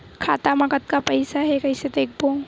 खाता मा कतका पईसा हे कइसे देखबो?